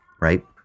right